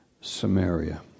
Samaria